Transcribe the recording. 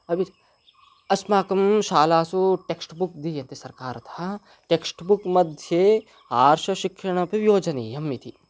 अपि च अस्माकं शालासु टेक्स्ट्बुक् दीयते सर्कारतः तेक्स्ट्बुक् मध्ये आर्षशिक्षणपि योजनीयम् इति